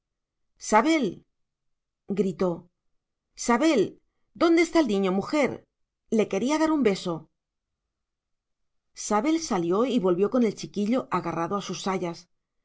sabel gritó sabel dónde está el niño mujer le quería dar un beso sabel salió y volvió con el chiquillo agarrado a sus sayas